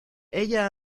ella